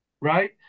right